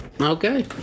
Okay